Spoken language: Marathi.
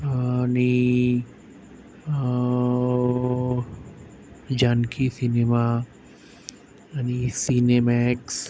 आणि जानकी सिनेमा आणि सिनेमॅक्स